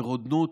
ברודנות.